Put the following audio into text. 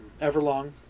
Everlong